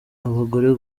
abagore